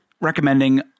recommending